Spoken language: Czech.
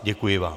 Děkuji vám.